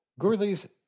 Gourley's